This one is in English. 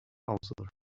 counselor